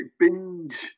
binge